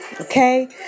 okay